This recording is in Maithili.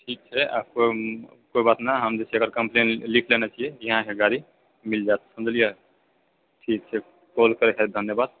ठीक छै आ कोइ कोइ बात नहि हम जे छै एकर कम्पलेन लिख नेने छिऐ इएह अहाँकेँ गाड़ी मिल जाएत समझलिऐ ठीक छै कौल करएके खातिर धन्यबाद